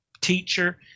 teacher